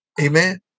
Amen